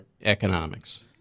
economics